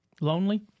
Lonely